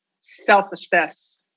self-assess